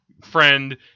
Friend